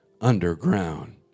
underground